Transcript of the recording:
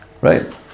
Right